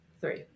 Three